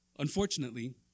unfortunately